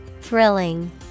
Thrilling